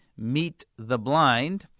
MeetTheBlind